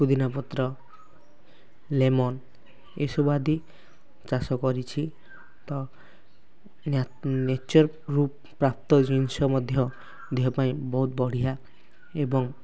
ପୁଦିନା ପତ୍ର ଲେମନ୍ ଏଇ ସବୁ ଆଦି ଚାଷ କରିଛି ତ ନ୍ୟା ନେଚର୍ରୁ ପ୍ରାପ୍ତ ଜିନିଷ ମଧ୍ୟ ଦେହ ପାଇଁ ବହୁତ ବଢ଼ିଆ ଏବଂ